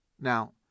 Now